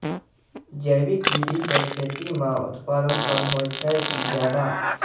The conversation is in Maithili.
जैविक विधि से खेती म उत्पादन कम होय छै कि ज्यादा?